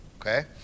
okay